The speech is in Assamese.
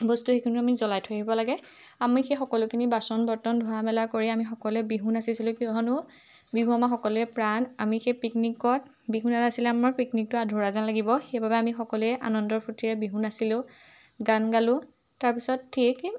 বস্তু সেইখিনিও আমি জ্বলাই থৈ আহিব লাগে আমি সেই সকলোখিনি বাচন বৰ্তন ধোঁৱা মেলা কৰি আমি সকলোৱে বিহু নাচিছিলোঁ কিয়নো বিহু আমাৰ সকলোৱে প্ৰাণ আমি সেই পিকনিকত বিহু নানাছিলে আমাৰ পিকনিকটো আধৰুৱা যেন লাগিব সেইবাবে আমি সকলোৱে আনন্দৰ ফূৰ্তিৰে বিহু নাছিলোঁ গান গালোঁ তাৰপিছত ঠিক